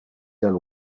del